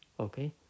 Okay